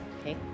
Okay